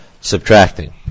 subtracting